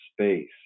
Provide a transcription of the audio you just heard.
space